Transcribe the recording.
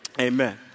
Amen